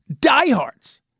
diehards